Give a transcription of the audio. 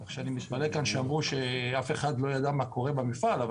אני מתפלא שאמרו שאף אחד לא ידע מה קורה במפעל,